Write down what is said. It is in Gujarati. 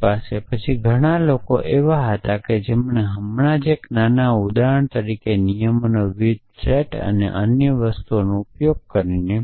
ફ્રીજ પછી ઘણા લોકો એવા હતા કે જેમણે હમણાં જ એક નાના ઉદાહરણ તરીકે નિયમોના વિવિધ સેટ અને અન્ય વસ્તુઓનો ઉપયોગ કરીને